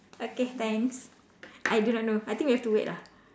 okay thanks I do not know I think we have to wait ah